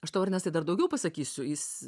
aš tau ernestai dar daugiau pasakysiu jis